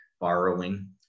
borrowing